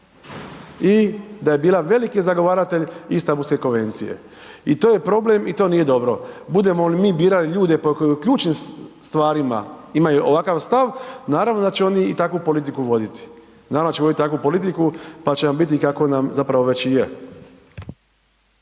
i da je bila veliki zagovaratelj Istambulske konvencije i to je problem i to nije dobro. Budemo li mi birali ljude po ključnim stvarima koji imaju ovakav stav naravno da će oni i takvu politiku voditi. Naravno da će voditi takvu politiku pa će nam biti kako nam zapravo već i je.